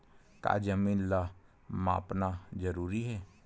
का जमीन ला मापना जरूरी हे?